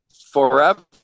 forever